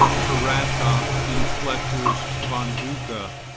caratach, in fletcher's bonduca,